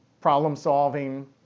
problem-solving